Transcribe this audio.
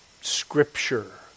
Scripture